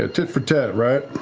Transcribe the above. ah tit-for-tat, right?